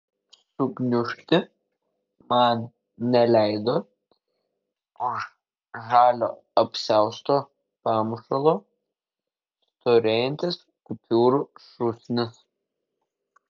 sugniužti man neleido už žalio apsiausto pamušalo storėjantis kupiūrų šūsnis